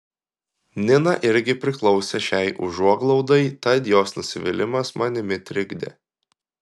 nina irgi priklausė šiai užuoglaudai tad jos nusivylimas manimi trikdė